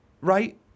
right